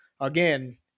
Again